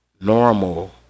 normal